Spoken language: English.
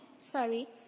Sorry